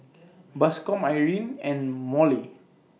Bascom Irene and Mollie